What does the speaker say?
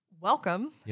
welcome